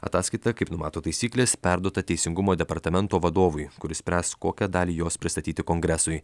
ataskaita kaip numato taisyklės perduota teisingumo departamento vadovui kuris spręs kokią dalį jos pristatyti kongresui